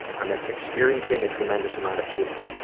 i'm experiencing a tremendous amount of healing.